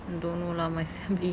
don't know lah my family